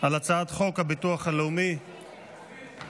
על הצעת חוק הביטוח הלאומי (תיקון,